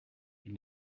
ils